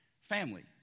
family